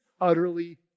utterly